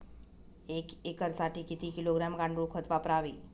एक एकरसाठी किती किलोग्रॅम गांडूळ खत वापरावे?